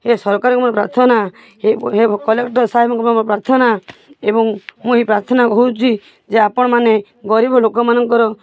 ଏ ସରକାରଙ୍କୁ ମୋର ପ୍ରାର୍ଥନା ହେ ହେ କଲେକ୍ଟର ସାହେବଙ୍କୁ ମୋର ପ୍ରାର୍ଥନା ଏବଂ ମୁଁ ଏହି ପ୍ରାର୍ଥନା କରୁଛି ଯେ ଆପଣମାନେ ଗରିବ ଲୋକମାନଙ୍କର